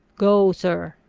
go, sir!